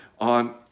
on